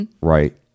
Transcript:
right